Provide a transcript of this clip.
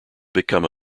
become